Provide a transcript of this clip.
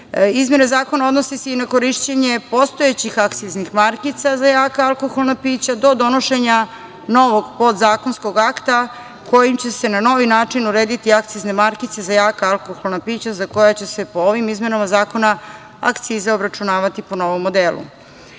pića. Izmene zakona odnose se i na korišćenje postojećih akciznih markica za jaka alkoholna pića do donošenja novog podzakonskog akta kojim će se na novi način urediti akcizne markice za jaka alkoholna pića za koja će se, po ovim izmenama zakona, akcize obračunavati po novom modelu. Takođe